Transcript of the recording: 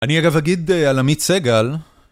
אני אגב אגיד, אה... על עמית סגל,